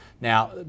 Now